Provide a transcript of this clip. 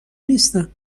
نیستم